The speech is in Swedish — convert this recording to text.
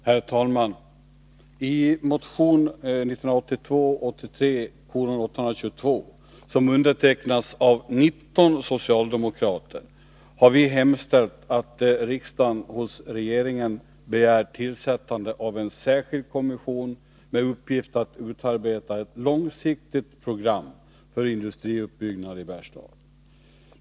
Herr talman! I motion 1982/83:822, som undertecknats av 19 socialdemokrater, har vi hemställt att riksdagen hos regeringen begär tillsättande av en särskild kommission med uppgift att utarbeta ett långsiktigt program för industriuppbyggnad i Bergslagen.